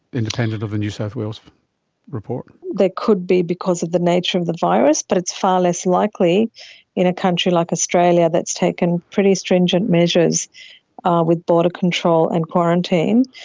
independent of the new south wales report? there could be because of the nature of the virus but it's far less likely in a country like australia that has taken pretty stringent measures with border control and quarantine,